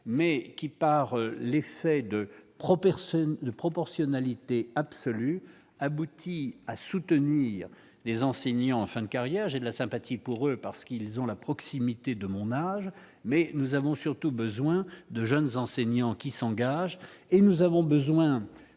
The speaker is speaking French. de Pro personne de proportionnalité absolue aboutit à soutenir les enseignants en fin de carrière, j'ai de la sympathie pour eux parce qu'ils ont la proximité de mon âge, mais nous avons surtout besoin de jeunes enseignants qui s'engage et nous avons besoin